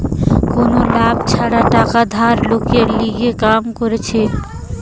কোনো লাভ ছাড়া টাকা ধার লোকের লিগে কাম করতিছে